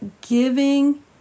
giving